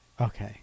Okay